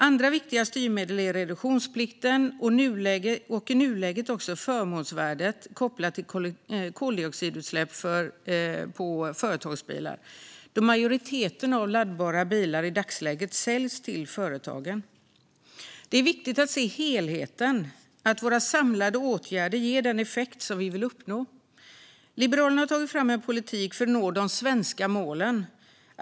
Andra viktiga styrmedel är reduktionsplikten och i nuläget också förmånsvärdet kopplat till koldioxidutsläpp från företagsbilar, då majoriteten av laddbara bilar i dagsläget säljs till företagen. Det är viktigt att se helheten och att våra samlade åtgärder ger den effekt vi vill uppnå. Liberalerna har tagit fram en politik för att nå de svenska målen.